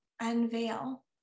unveil